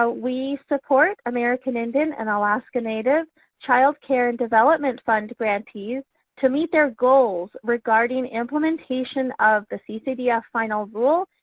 ah we support american indian and alaska native child care and development fund grantees to meet their goals regarding implementation of the ccdf final rule,